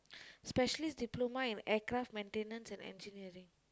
specialist diploma in aircraft maintenance and engineering